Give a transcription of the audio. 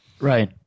Right